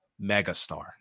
megastar